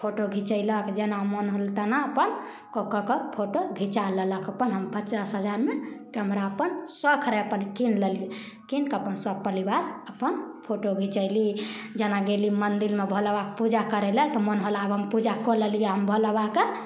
photo घिचेलक जेना मोन होल तेना अपन कऽ कऽ कऽ फोटो घिचा लेलक अपन हम पचास हजारमे कैमरा अपन सौख रहै अपन कीनि लेलिए कीनिकऽ अपन सभ परिवार अपन फोटो घिचैली जेना गेली मन्दिरमे भोलाबाबाके पूजा करैलए तऽ मोन होलाकि हम पूजा कऽ लेलिए हम भोलाबाबाके